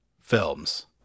films